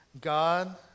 God